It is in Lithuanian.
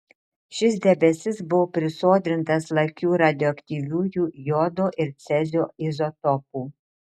šis debesis buvo prisodrintas lakių radioaktyviųjų jodo ir cezio izotopų